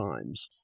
times